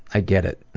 i get it.